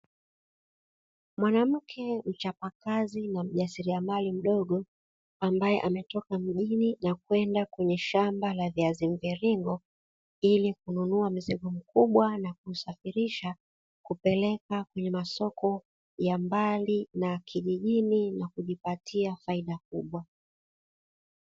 Mwanamke mchapakazi na mjasiriamali mdogo ambaye ametoka mjini na kwenda kwenye shamba la viazi mviringo, ili kununua mzigo mkubwa na kuusafirisha kupeleka kwenye masoko ya mbali na kijijini na kujipatia faida kubwa.